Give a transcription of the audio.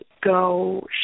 go